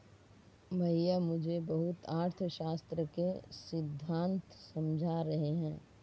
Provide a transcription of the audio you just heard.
भैया मुझे वृहत अर्थशास्त्र के सिद्धांत समझा रहे हैं